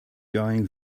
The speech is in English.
going